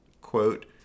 quote